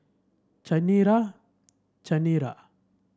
Chanira Chanira